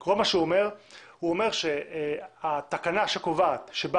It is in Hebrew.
אומר לקצר את 48 השעות הקבועות בתקנות שחוק